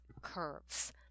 curves